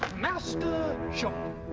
master shop,